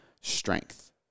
strength